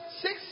six